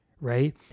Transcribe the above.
right